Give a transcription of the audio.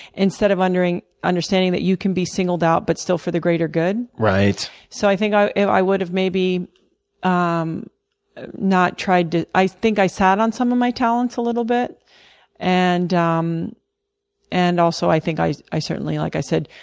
instead of and understanding that you can be singled out but still for the greater good. so i think i i would have maybe um not tried to i think i sat on some of my talents a little bit and ah um and also i think i i certainly, like i said,